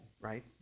right